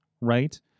right